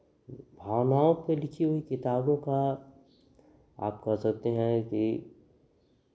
भावनाओं पे लिखी हुई किताबों का आप कह सकते हैं कि